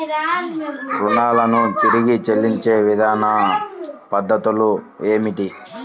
రుణాలను తిరిగి చెల్లించే వివిధ పద్ధతులు ఏమిటి?